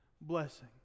blessing